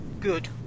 good